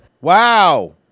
Wow